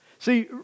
See